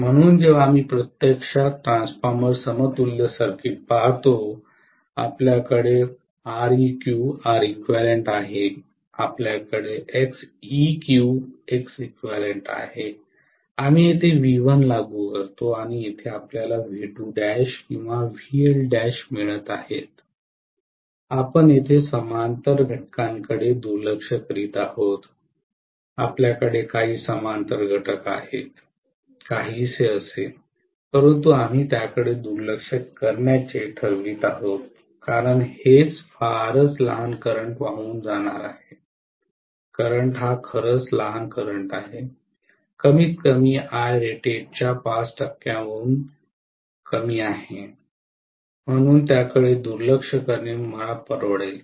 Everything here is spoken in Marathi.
म्हणून जेव्हा आपण प्रत्यक्षात ट्रान्सफॉर्मर समतुल्य सर्किट पाहतो आपल्याकडे Req आहे आपल्याकडे Xeq आहे आम्ही येथे V1 लागू करतो आणि एथे आपल्याला किंवा मिळत आहेत आपण येथे समांतर घटकांकडे दुर्लक्ष करीत आहोत आपल्याकडे काही समांतर घटक आहेत काहीसे असे परंतु आम्ही त्याकडे दुर्लक्ष करण्याचे ठरवित आहोत कारण हे फारच लहान करंट वाहून जाणार आहे करंट हा खरचं लहान करंट आहे कमीतकमी Irated च्या 5 टक्क्यांहून कमी आहे म्हणून त्याकडे दुर्लक्ष करणे मला परवडेल